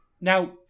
Now